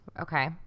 Okay